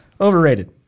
Overrated